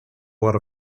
what